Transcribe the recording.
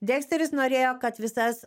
deksteris norėjo kad visas